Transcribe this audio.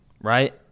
right